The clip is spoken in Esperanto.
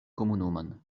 komunumon